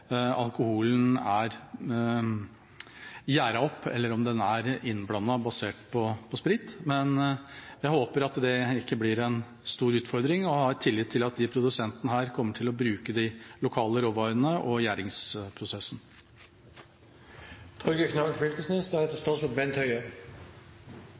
alkoholen er gjæret opp, eller om den er innblandet basert på sprit. Jeg håper at det ikke blir en stor utfordring, og har tillit til at disse produsentene kommer til å bruke de lokale råvarene og